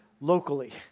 locally